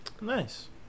Nice